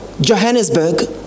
Johannesburg